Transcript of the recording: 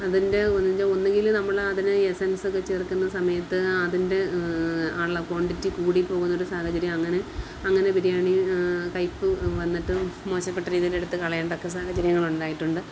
അതിൻ്റെ ഒന്നിൻ്റെ ഒന്നുങ്കിൽ നമ്മളതിനെ എസ്സൻസ് ഒക്കെ ചേർക്കുന്ന സമയത്ത് അതിൻ്റെ ക്വാണ്ടിറ്റി കൂടി പോകുന്നൊരു സാഹചര്യം അങ്ങനെ അങ്ങനെ ബിരിയാണി കയ്പ്പ് വന്നിട്ട് മോശപ്പെട്ട രീതിയിൽ എടുത്ത് കളയേണ്ട ഒക്കെ സാഹചര്യങ്ങൾ ഉണ്ടായിട്ടുണ്ട്